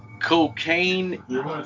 cocaine